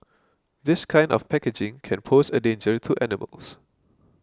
this kind of packaging can pose a danger to animals